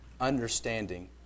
understanding